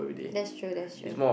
that's true that's true